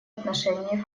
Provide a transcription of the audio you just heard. отношении